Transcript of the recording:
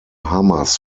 hamas